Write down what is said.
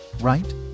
right